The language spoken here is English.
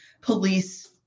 police